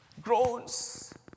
groans